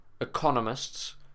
economists